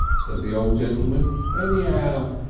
said the old gentleman, anyow.